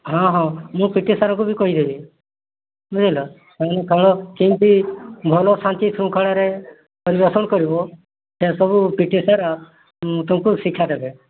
ହଁ ହଁ ମୁଁ ପି ଟି ସାର୍ଙ୍କୁ ବି କହିଦେବି ବୁଝିଲ ଖେଳ କେମିତି ଭଲ ଶାନ୍ତି ଶୃଙ୍ଖଳାରେ ପରିବେଷଣ କରିବ ସେସବୁ ପି ଟି ସାର୍ ତମକୁ ଶିକ୍ଷା ଦେବେ